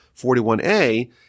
41a